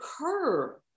occur